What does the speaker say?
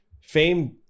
fame